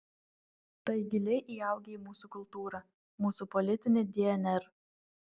tai giliai įaugę į mūsų kultūrą mūsų politinį dnr